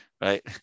right